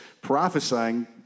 prophesying